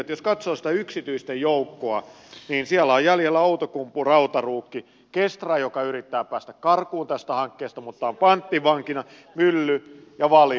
jos katsoo sitä yksityisten joukkoa niin siellä on jäljellä outokumpu rautaruukki kestra joka yrittää päästä karkuun tästä hankkeesta mutta on panttivankina mylly ja valio